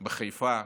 בחיפה,